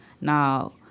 Now